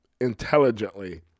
intelligently